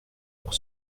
pour